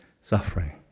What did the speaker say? suffering